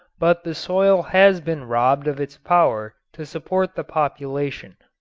but the soil has been robbed of its power to support the population.